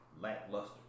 lackluster